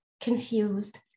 confused